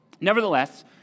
Nevertheless